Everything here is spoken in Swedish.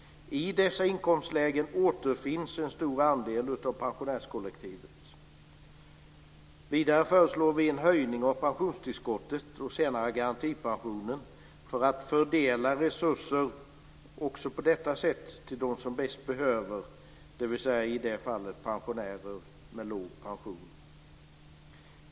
I dessa inkomstlägen återfinns en stor andel av pensionärskollektivet. Vidare föreslår vi en höjning av pensionstillskottet och senare garantipensionen för att också på detta sätt fördela resurser till dem som bäst behöver det, i det här fallet pensionärer med låg pension.